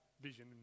vision